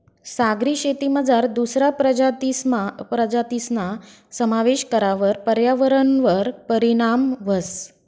सागरी शेतीमझार दुसरा प्रजातीसना समावेश करावर पर्यावरणवर परीणाम व्हस